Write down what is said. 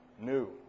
new